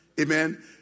Amen